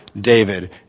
David